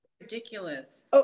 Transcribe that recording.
ridiculous